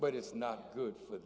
but it's not good for